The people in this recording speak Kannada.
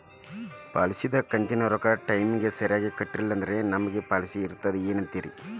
ಪಾಲಿಸಿದು ಕಂತಿನ ರೊಕ್ಕ ಟೈಮಿಗ್ ಸರಿಗೆ ಕಟ್ಟಿಲ್ರಿ ನಮ್ ಪಾಲಿಸಿ ಇರ್ತದ ಏನ್ರಿ?